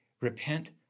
Repent